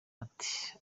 ati